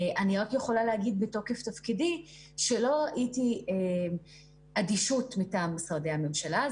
אני יכולה להגיד בתוקף תפקידי שלא ראיתי אדישות מטעם משרדי הממשלה.